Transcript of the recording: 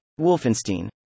Wolfenstein